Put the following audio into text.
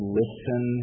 listen